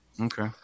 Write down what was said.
okay